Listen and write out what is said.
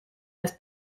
las